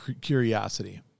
curiosity